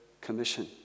commission